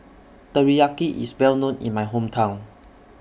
Teriyaki IS Well known in My Hometown